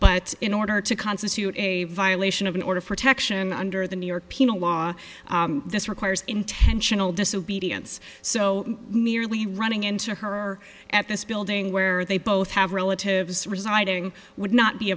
but in order to constitute a violation of an order protection under the new york penal law this requires intentional disobedience so merely running into her at this building where they both have relatives residing would not be